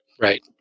Right